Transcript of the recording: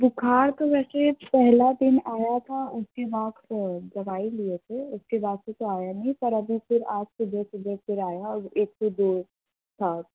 बुख़ार तो वैसे पहला दिन आया था उसके बाद फिर दवाई लिए थे उसके बाद से तो आया नहीं पर अभी फिर आज सुबह सुबह फिर आया और एक सौ दो था